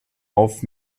auf